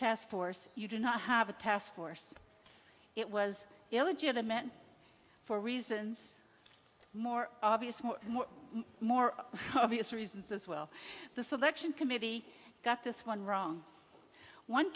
task force you do not have a task force it was illegitimate for reasons more obvious more more more obvious reasons as well the selection committee got this one wrong one